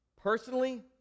Personally